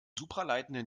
supraleitenden